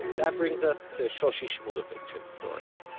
that brings us to shoshi shmuluvitz's story.